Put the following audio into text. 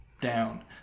Down